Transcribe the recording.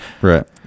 Right